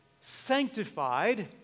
sanctified